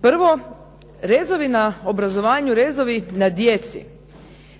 Prvo, rezovi na obrazovanju, rezovi na djeci